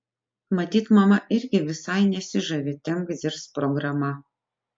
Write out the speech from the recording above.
matyt mama irgi visai nesižavi tempk zirzk programa